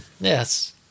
yes